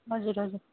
हजुर हजुर